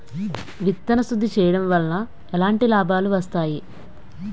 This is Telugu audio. విత్తన శుద్ధి చేయడం వల్ల ఎలాంటి లాభాలు వస్తాయి?